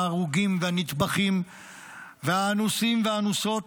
וההרוגים הנטבחים והאנוסים והאנוסות,